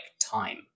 time